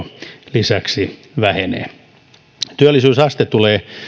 lisäksi vähenee työllisyysaste tulee